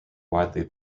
widely